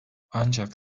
ancak